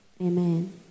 Amen